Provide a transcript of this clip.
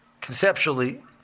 conceptually